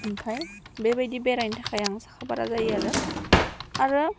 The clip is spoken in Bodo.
ओमफ्राय बेबादि बेरायनो थाखाय आं साखाफारा जायोआरो आरो